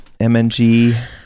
MNG